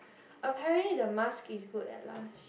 apparently the mask is good at Lush